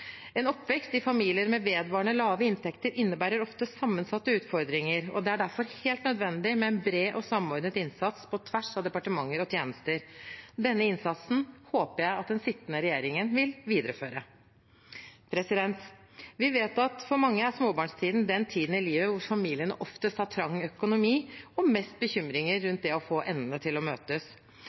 En oppvekst i en familie med vedvarende lave inntekter innebærer ofte sammensatte utfordringer, og det er derfor helt nødvendig med en bred og samordnet innsats på tvers av departementer og tjenester. Denne innsatsen håper jeg den sittende regjeringen vil videreføre. Vi vet at for mange er småbarnstiden den tiden i livet hvor familiene oftest har trang økonomi og mest bekymringer rundt det å få endene til å møtes.